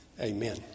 Amen